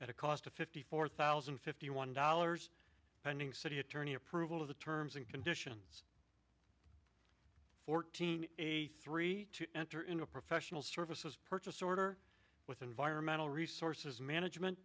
at a cost of fifty four thousand and fifty one dollars pending city attorney approval of the terms and conditions fourteen a three to enter in a professional services purchase order with environmental resources management